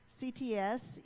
CTS